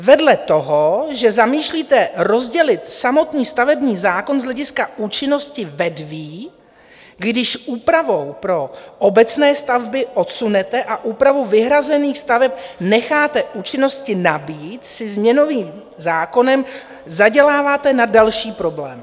Vedle toho, že zamýšlíte rozdělit samotný stavební zákon z hlediska účinnosti vedví, když úpravu pro obecné stavby odsunete a úpravu vyhrazených staveb necháte účinnosti nabýt, si změnovým zákonem zaděláváte na další problém.